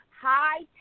high